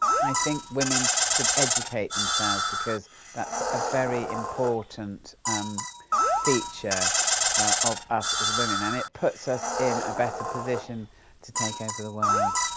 i think women should educate themselves because that's a very important feature of us as women and it puts us in a better position to take over the world.